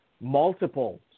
multiple